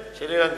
של אילן גילאון.